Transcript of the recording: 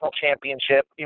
championship